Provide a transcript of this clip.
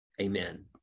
Amen